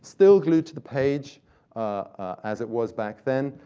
still glued to the page as it was back then.